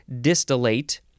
distillate